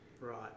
Right